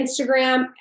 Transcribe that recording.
Instagram